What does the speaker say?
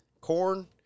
Corn